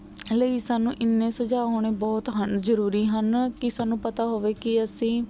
ਹਾਲੇ ਜੀ ਸਾਨੂੰ ਇੰਨੇ ਸੁਝਾਅ ਹੋਣੇ ਬਹੁਤ ਹਨ ਜ਼ਰੂਰੀ ਹਨ ਕਿ ਸਾਨੂੰ ਪਤਾ ਹੋਵੇ ਕਿ ਅਸੀਂ